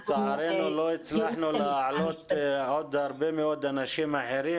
לצערנו לא הצלחנו לעלות עוד הרבה אנשים אחרים.